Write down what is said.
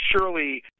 surely